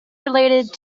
related